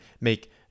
make